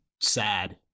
sad